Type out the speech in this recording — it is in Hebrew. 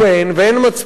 ואין מצפון,